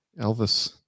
Elvis